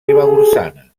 ribagorçana